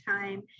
time